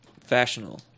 Fashionable